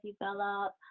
develop